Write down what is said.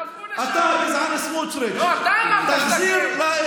תעברו לשם.